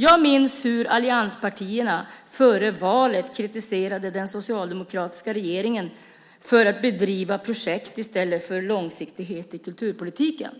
Jag minns hur allianspartierna före valet kritiserade den socialdemokratiska regeringen för att bedriva projekt i stället för att visa en långsiktighet i kulturpolitiken.